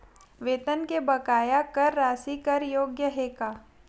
वेतन के बकाया कर राशि कर योग्य हे का?